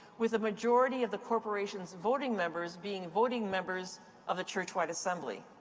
with a majority of the corporation's voting members being voting members of the churchwide assembly.